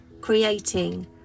creating